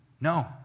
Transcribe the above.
No